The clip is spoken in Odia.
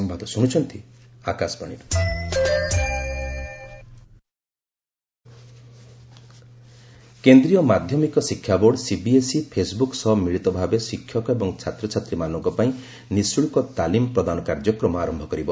ସିବିଏସ୍ଇ ଫେସ୍ବୁକ୍ କେନ୍ଦ୍ରୀୟ ମାଧ୍ୟମିକ ଶିକ୍ଷା ବୋର୍ଡ଼ ସିବିଏସ୍ଇ ଫେସ୍ବୃକ୍ ସହ ମିଳିତ ଭାବେ ଶିକ୍ଷକ ଏବଂ ଛାତ୍ରଛାତ୍ରୀମାନଙ୍କ ପାଇଁ ନିଃଶ୍ରଳ୍କ ତାଲିମ୍ ପ୍ରଦାନ କାର୍ଯ୍ୟକ୍ରମ ଆରମ୍ଭ କରିବ